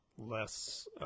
less